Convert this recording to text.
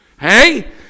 Hey